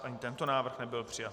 Ani tento návrh nebyl přijat.